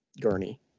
gurney